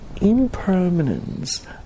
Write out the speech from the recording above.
impermanence